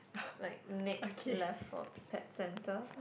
like next left for pet centre